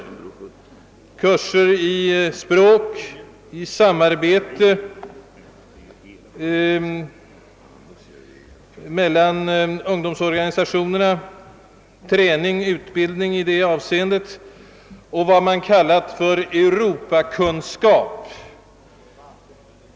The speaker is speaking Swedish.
Det gäller närmast utbildning i språk, i de mera tekniska förutsättningarna för samarbete mellan unigdomsorganisationerna, d.v.s. alltså träning och utbildning rörande dessa förutsättningar, vad man kallar Europakunskap etc.